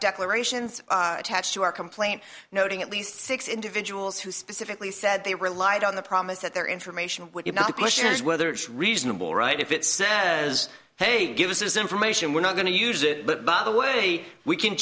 declarations attached to our complaint noting at least six individuals who specifically said they relied on the promise that their information would you push is whether it's reasonable right if it says hey give us this information we're not going to use it but by the way we can